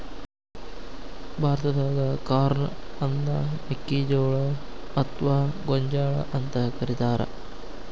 ಭಾರತಾದಾಗ ಕಾರ್ನ್ ಅನ್ನ ಮೆಕ್ಕಿಜೋಳ ಅತ್ವಾ ಗೋಂಜಾಳ ಅಂತ ಕರೇತಾರ